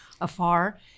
afar